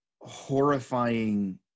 horrifying